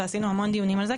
ועשינו המון דיונים על זה,